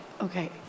Okay